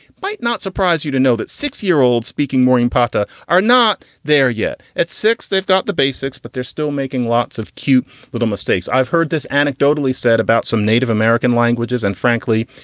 might not surprise you to know that six year old speaking maureen patta are not there yet. at six, they've got the basics, but they're still making lots of cute little mistakes. i've heard this anecdotally said about some native american languages. and frankly,